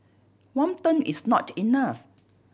one term is not enough